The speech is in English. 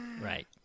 Right